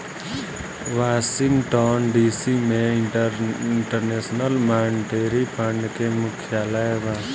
Washington DC में international monetary fund के मुख्यालय बा